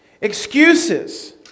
Excuses